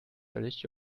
höllisch